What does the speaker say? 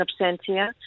absentia